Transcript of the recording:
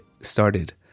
started